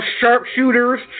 sharpshooters